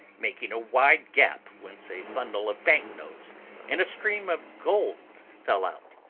making a wide gap whence a bundle of bank-notes and a stream of gold fell out.